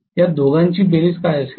या दोघांची बेरीज काय असेल